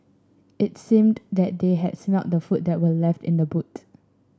it seemed that they had smelt the food that were left in the boot